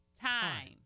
time